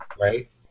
Right